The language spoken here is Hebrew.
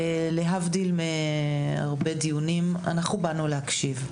להבדיל מהרבה דיונים אנחנו באנו להקשיב.